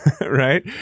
right